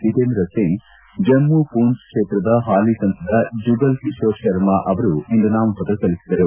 ಜಿತೇಂದ್ರ ಸಿಂಗ್ ಜಮ್ತು ಷೂಂಚ್ ಕ್ಷೇತ್ರದ ಹಾಲಿ ಸಂಸದ ಜುಗಲ್ ಕಿಶೋರ್ ಶರ್ಮ ಅವರು ಇಂದು ನಾಮಪತ್ರಸಲ್ಲಿಸಿದರು